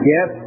Yes